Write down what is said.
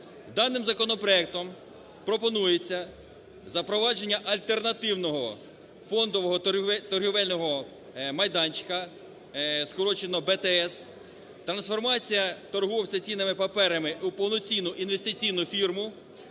Даним законопроектом пропонується запровадження альтернативного фондового торговельного майданчика (скорочено БТС), трансформація торговця цінними паперами у повноцінну інвестиційну фірму.